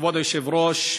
כבוד היושב-ראש,